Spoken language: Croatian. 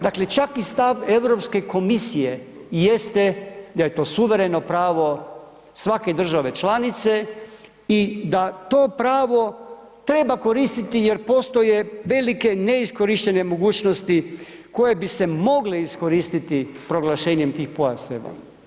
Dakle, čak i stav EU komisije jeste da je to suvereno pravo svake države članice i da to pravo treba koristiti jer postoje velike neiskorištene mogućnosti koje bi se mogle iskoristiti proglašenjem tih pojaseva.